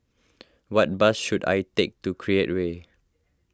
what bus should I take to Create Way